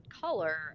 color